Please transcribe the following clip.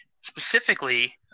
specifically